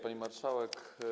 Pani Marszałek!